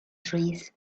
trees